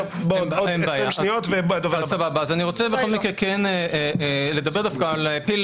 אני רוצה לדבר דווקא על הפיל